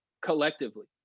collectively